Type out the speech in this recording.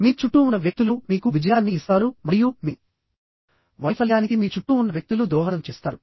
మీ చుట్టూ ఉన్న వ్యక్తులు మీకు విజయాన్ని ఇస్తారు మరియు మీ వైఫల్యానికి మీ చుట్టూ ఉన్న వ్యక్తులు దోహదం చేస్తారు